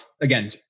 again